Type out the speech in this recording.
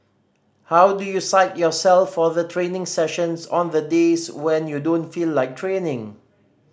how do you psych yourself for the training sessions on the days when you don't feel like training